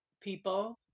people